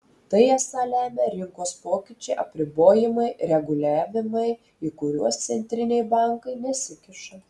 tai esą lemia rinkos pokyčiai apribojimai reguliavimai į kuriuos centriniai bankai nesikiša